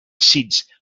seeds